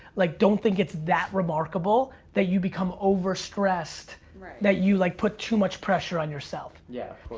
like, don't think it's that remarkable that you become over stressed that you like put too much pressure on yourself. yeah,